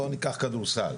בואו ניקח כדורסל,